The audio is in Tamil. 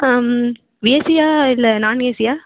ஏசியா இல்லை நாண்ஏசியா